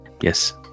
Yes